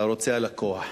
אתה רוצה, הלקוח.